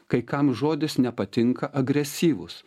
kai kam žodis nepatinka agresyvus